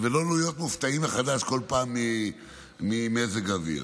ולא להיות מופתעים כל פעם מחדש ממזג אוויר.